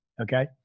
Okay